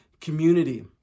community